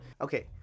okay